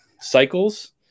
cycles